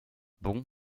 bond